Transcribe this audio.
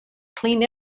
clean